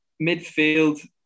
Midfield